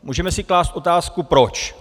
Můžeme si klást otázku proč.